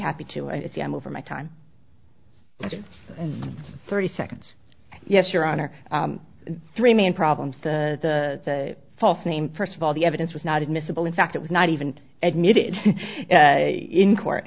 happy to see them over my time in thirty seconds yes your honor three main problems the false name first of all the evidence was not admissible in fact it was not even admitted in court